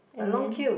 and then